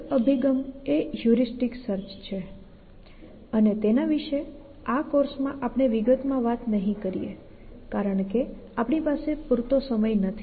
એક અભિગમ એ હ્યુરિસ્ટિક સર્ચ છે અને તેના વિશે આ કોર્સમાં આપણે વિગત માં વાત નહીં કરીએ કારણ કે આપણી પાસે પૂરતો સમય નથી